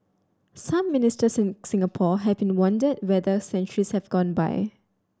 some Ministers in Singapore have been wondered whether centuries have gone by